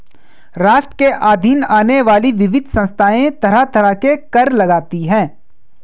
राष्ट्र के अधीन आने वाली विविध संस्थाएँ तरह तरह के कर लगातीं हैं